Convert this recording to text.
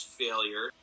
failure